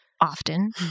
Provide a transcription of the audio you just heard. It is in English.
often